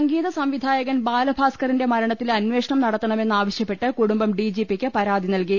സംഗീത സംവിധായകൻ ബാലഭാസ്കറിന്റെ മരണത്തിൽ അന്വേഷണം നടത്തണമെന്ന് ആവശ്യപ്പെട്ട് കുടുംബം ഡിജിപിക്ക് പരാതി നൽകി